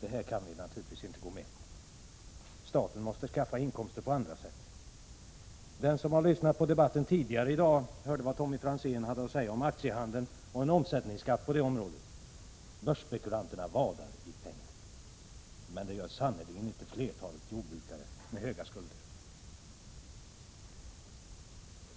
Det här kan vi naturligtvis inte gå med på. Staten måste skaffa inkomster på andra sätt. Den som har lyssnat på debatten tidigare i dag hörde vad Tommy Franzén hade att säga om aktiehandeln och en omsättningsskatt på det området. Börsspekulanterna vadar i pengar, men det gör sannerligen inte flertalet jordbrukare med höga skulder.